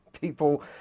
people